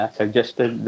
suggested